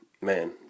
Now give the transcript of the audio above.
man